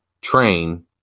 train